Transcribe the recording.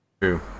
True